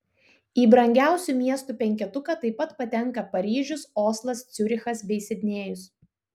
į brangiausių miestų penketuką taip pat patenka paryžius oslas ciurichas bei sidnėjus